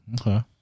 Okay